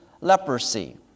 leprosy